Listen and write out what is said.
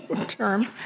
term